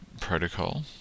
protocol